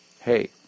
Hey